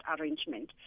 arrangement